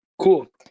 Cool